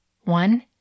One